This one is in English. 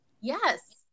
Yes